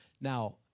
Now